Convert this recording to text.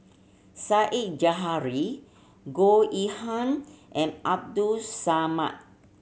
Said Zahari Goh Yihan and Abdul Samad